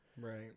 Right